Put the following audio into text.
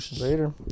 Later